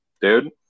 dude